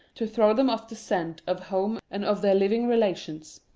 to throw them off the scent of home and of their living relations.